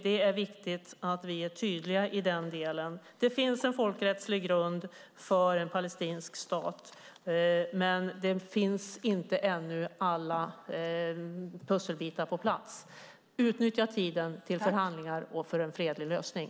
Det är viktigt att vi är tydliga i den delen. Det finns en folkrättslig grund för en palestinsk stat. Men ännu är inte alla pusselbitar på plats. Utnyttja tiden till förhandlingar och för en fredlig lösning!